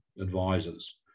advisors